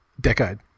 Decade